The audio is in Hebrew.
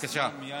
סלומינסקי.